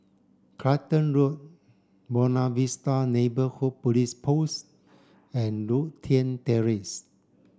Clacton Road Buona Vista Neighbourhood Police Post and Lothian Terrace